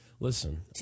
Listen